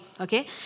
okay